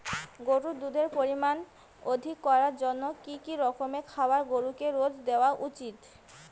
গরুর দুধের পরিমান অধিক করার জন্য কি কি রকমের খাবার গরুকে রোজ দেওয়া উচিৎ?